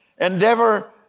Endeavor